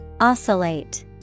Oscillate